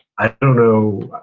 i don't know,